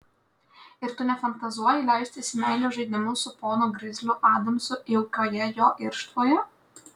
ir tu nefantazuoji leistis į meilės žaidimus su ponu grizliu adamsu jaukioje jo irštvoje